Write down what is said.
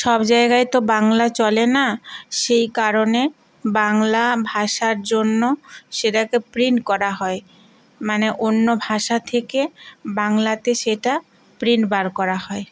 সব জায়গায় তো বাংলা চলে না সেই কারণে বাংলা ভাষার জন্য সেটাকে প্রিন্ট করা হয় মানে অন্য ভাষা থেকে বাংলাতে সেটা প্রিন্ট বার করা হয়